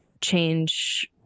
change